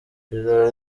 ijoro